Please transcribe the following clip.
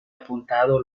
apuntado